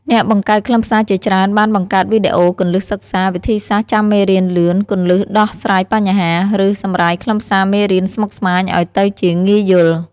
អ្នកបង្កើតខ្លឹមសារជាច្រើនបានបង្កើតវីដេអូ គន្លឹះសិក្សា វិធីសាស្រ្តចាំមេរៀនលឿន គន្លឹះដោះស្រាយបញ្ហា ឬសម្រាយខ្លឹមសារមេរៀនស្មុគស្មាញឲ្យទៅជាងាយយល់។